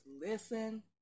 listen